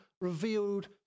revealed